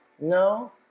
No